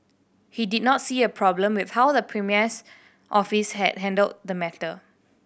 he did not see a problem with how the premier's office had handled the matter